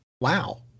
wow